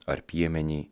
ar piemenį